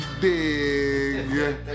dig